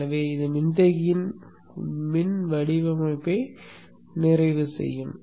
எனவே இது மின்தேக்கியின் மின் வடிவமைப்பை நிறைவு செய்யும்